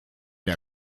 der